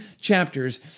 chapters